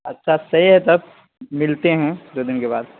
اچھا صحیح ہے تب ملتے ہیں دو دن کے بعد